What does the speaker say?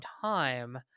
time